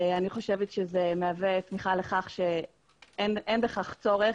אני חושבת שזה מהווה תמיכה לכך שאין בכך צורך.